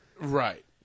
Right